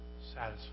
Satisfied